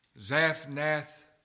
Zaphnath